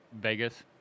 vegas